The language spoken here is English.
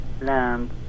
land